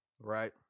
right